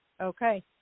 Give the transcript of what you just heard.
Okay